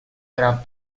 gran